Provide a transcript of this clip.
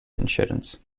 insurance